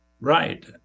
Right